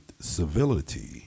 Civility